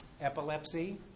Epilepsy